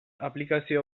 aplikazio